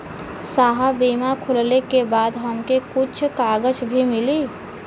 साहब बीमा खुलले के बाद हमके कुछ कागज भी मिली?